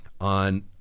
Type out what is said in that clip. on